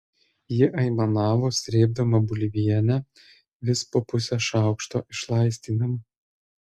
ji aimanavo srėbdama bulvienę vis po pusę šaukšto išlaistydama